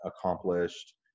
accomplished